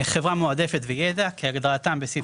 "חברה מועדפת" ו"ידע" כהגדרתם בסעיף